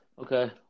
Okay